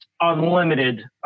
unlimited